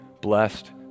blessed